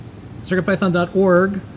CircuitPython.org